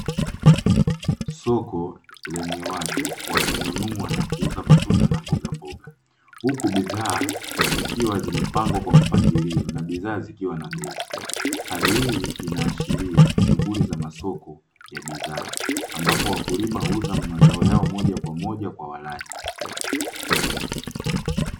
Soko lenye watu wakiuza na kununua mbogamboga huku bidhaa zikiwa zimepangwa kwa mpangilio na zikiwa na bei. Hali hii inaashiria shughuli za masoko ya bidhaa ambapo wakulima huuza mazao yao moja kwa moja kwa walaji.